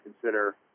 consider